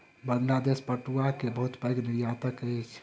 बांग्लादेश पटुआ के बहुत पैघ निर्यातक अछि